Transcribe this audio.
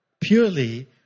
purely